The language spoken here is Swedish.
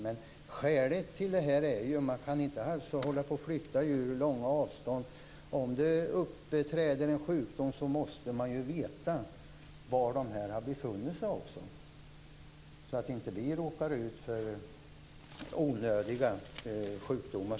Men skälet till detta är ju att om det uppträder en sjukdom måste man veta var djuren har befunnit sig, så att djuren inte råkar ut för onödiga sjukdomar.